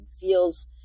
feels